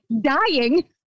dying